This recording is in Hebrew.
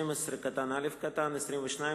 (12)(א), (22)